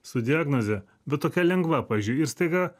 su diagnoze bet tokia lengva pavyzdžiui ir staiga